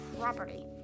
property